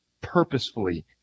purposefully